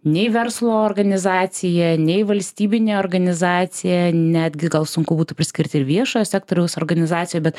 nei verslo organizacija nei valstybinė organizacija netgi gal sunku būtų priskirti ir viešojo sektoriaus organizaciją bet